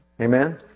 Amen